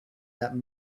that